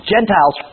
Gentiles